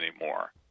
anymore